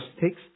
text